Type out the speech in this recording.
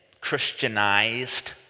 Christianized